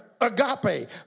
agape